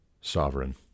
sovereign